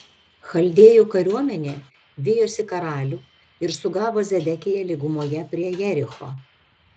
chaldėjų kariuomenė vijosi karalių ir sugavo zedekiją lygumoje prie jericho